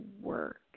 work